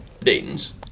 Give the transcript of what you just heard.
Dayton's